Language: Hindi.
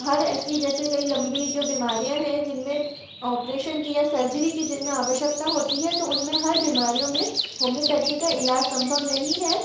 हर ऐसी जैसे कई लम्बी जो बीमारियाँ हैं जिन में ऑपरेशन की या सर्जरी की जिन में आवश्यकता होती है तो उन में हर बीमारियों में होम्योपैथी का इलाज सम्भव नहीं है